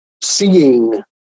Seeing